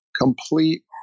complete